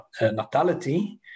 natality